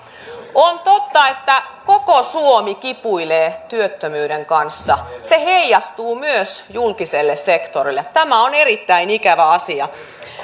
on totta että koko suomi kipuilee työttömyyden kanssa se heijastuu myös julkiselle sektorille tämä on erittäin ikävä asia